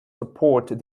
support